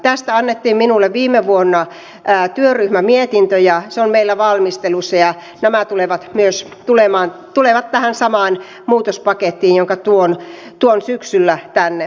tästä annettiin minulle viime vuonna työryhmämietintö ja se on meillä valmistelussa ja nämä tulevat myös tähän samaan muutospakettiin jonka tuon syksyllä tänne